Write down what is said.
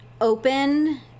open